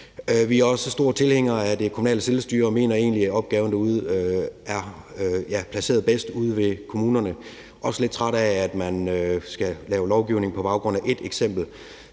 Vi er også store tilhængere af det kommunale selvstyre og mener egentlig, at opgaven derude er placeret bedst ude ved kommunerne. Jeg er også lidt træt af, at man skal lave lovgivning på baggrund af ét eksempel.